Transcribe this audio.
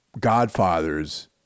godfathers